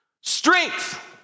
Strength